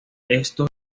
estos